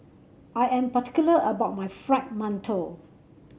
I am particular about my Fried Mantou